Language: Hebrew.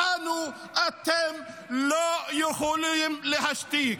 אותנו אתם לא יכולים להשתיק.